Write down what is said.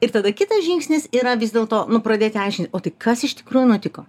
ir tada kitas žingsnis yra vis dėlto nu pradėti aiškinti o tai kas iš tikrųjų nutiko